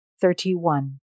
thirty-one